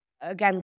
again